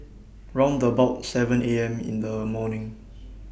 round about seven A M in The morning